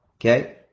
Okay